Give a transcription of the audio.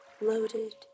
loaded